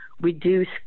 reduce